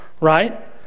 right